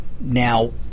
Now